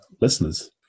listeners